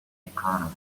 economy